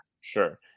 Sure